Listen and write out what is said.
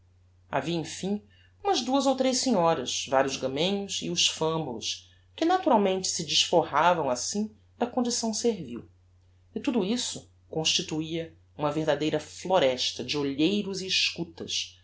havia emfim umas duas ou tres senhoras vários gamenhos e os famulos que naturalmente se desforravam assim da condição servil e tudo isso constituia uma verdadeira floresta de olheiros e escutas